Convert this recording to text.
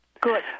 Good